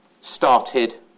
started